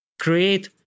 create